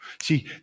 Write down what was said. See